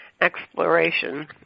exploration